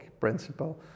principle